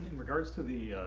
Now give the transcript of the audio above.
regards to the